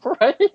Right